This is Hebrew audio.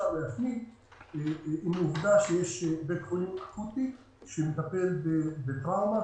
זה בית חולים אקוטי שמטפל בטראומה,